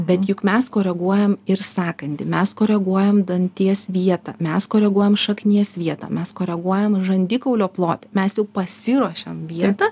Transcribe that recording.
bet juk mes koreguojam ir sakantį mes koreguojam danties vietą mes koreguojam šaknies vietą mes koreguojam žandikaulio plotį mes jau pasiruošiam vietą